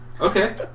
Okay